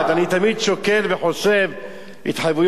אני תמיד שוקל וחושב, התחייבויות קואליציוניות,